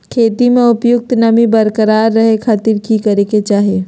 खेत में उपयुक्त नमी बरकरार रखे खातिर की करे के चाही?